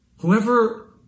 Whoever